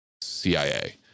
CIA